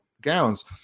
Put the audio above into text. gowns